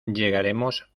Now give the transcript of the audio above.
llegaremos